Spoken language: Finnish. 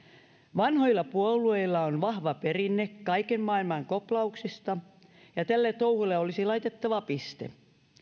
vanhoilla puolueilla on vahva perinne kaiken maailman koplauksista ja tälle touhulle olisi laitettava piste